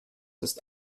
ist